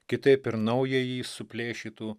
kitaip ir naująjį suplėšytų